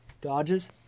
Dodges